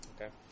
okay